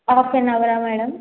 half an అవరా madam